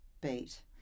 beat